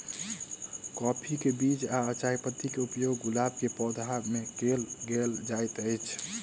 काफी केँ बीज आ चायपत्ती केँ उपयोग गुलाब केँ पौधा मे केल केल जाइत अछि?